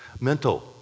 Mental